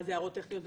מה זה הערות טכניות?